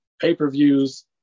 pay-per-views